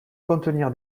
contenir